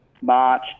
March